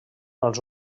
els